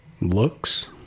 looks